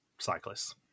Cyclists